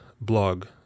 blog